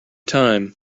time